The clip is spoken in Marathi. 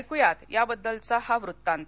ऐकू या त्याबद्दलचा हा वृत्तांत